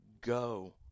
go